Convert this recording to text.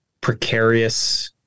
precarious